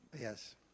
yes